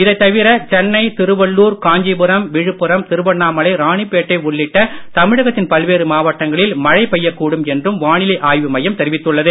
இதைத் தவிர சென்னை திருவள்ளுர் காஞ்சிபுரம் விழுப்புரம் திருவண்ணாமலை ராணிபேட்டை உள்ளிட்ட தமிழகத்தின் பல்வேறு மாவட்டங்களில் மழை பெய்யக் கூடும் என்றும் வானிலை ஆய்வு மையம் தெரிவித்துள்ளது